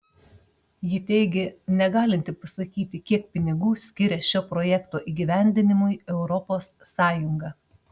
ji teigė negalinti pasakyti kiek pinigų skiria šio projekto įgyvendinimui europos sąjunga